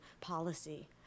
policy